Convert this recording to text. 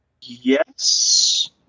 Yes